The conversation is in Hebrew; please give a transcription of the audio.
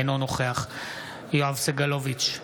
אינו נוכח יואב סגלוביץ'